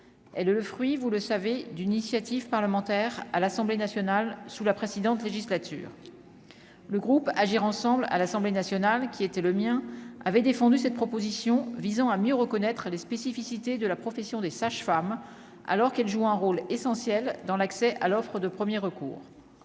le le fruit, vous le savez, d'une initiative parlementaire à l'Assemblée nationale, sous la précédente législature, le groupe Agir ensemble à l'Assemblée nationale, qui était le mien avait défendu cette proposition visant à mieux reconnaître les spécificités de la profession des sages-femmes, alors qu'elle joue un rôle essentiel dans l'accès à l'offre de 1er recours